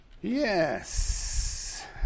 yes